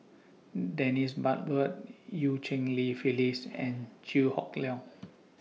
Dennis Bloodworth EU Cheng Li Phyllis and Chew Hock Leong